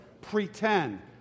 pretend